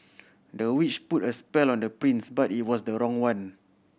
the witch put a spell on the prince but it was the wrong one